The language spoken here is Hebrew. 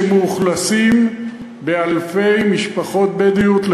שמאוכלסים באלפי משפחות בדואיות,